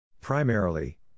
Primarily